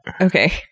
Okay